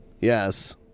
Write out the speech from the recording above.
yes